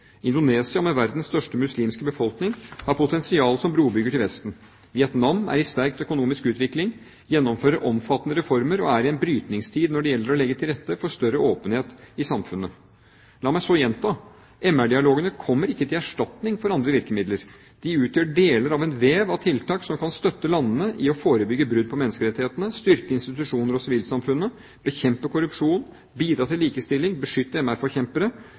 Indonesia, med verdens største muslimske befolkning, har potensial som brobygger til Vesten. Vietnam er i sterk økonomisk utvikling, gjennomfører omfattende reformer og er i en brytningstid når det gjelder å legge til rette for større åpenhet i samfunnet. La meg så gjenta: MR-dialogene kommer ikke til erstatning for andre virkemidler. De utgjør deler av en vev av tiltak som kan støtte landene i å forebygge brudd på menneskerettighetene, styrke institusjoner og sivilsamfunnet, bekjempe korrupsjon, bidra til likestilling, beskytte